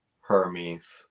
Hermes